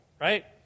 right